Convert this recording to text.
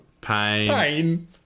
Pain